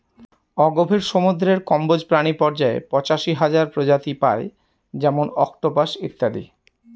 অগভীর সমুদ্রের কম্বজ প্রাণী পর্যায়ে পঁচাশি হাজার প্রজাতি পাই যেমন অক্টোপাস ইত্যাদি